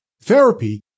Therapy